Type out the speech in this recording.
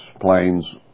planes